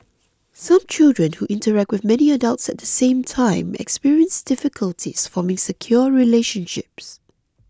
some children who interact with many adults at the same time experience difficulties forming secure relationships